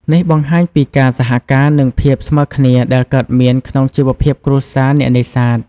នេះបង្ហាញពីការសហការ និងភាពស្មើគ្នាដែលកើតមានក្នុងជីវភាពគ្រួសារអ្នកនេសាទ។